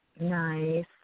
Nice